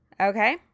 okay